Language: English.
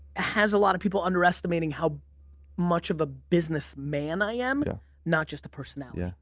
has a lot of people under estimating how much of a businessman i am. and not just a personality.